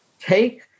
Take